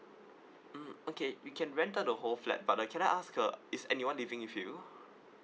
mm okay you can rent out the whole flat but uh can I ask uh is anyone living with you